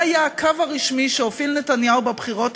זה היה הקו הרשמי שהוביל נתניהו בבחירות